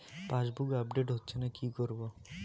Passbook update হচ্ছেনা কি করবো?